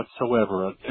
whatsoever